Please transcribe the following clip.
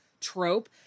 trope